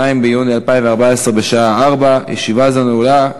2 ביוני 2014, בשעה 16:00. ישיבה זו נעולה.